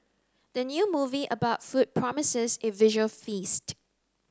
the new movie about food promises a visual feast